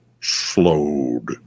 slowed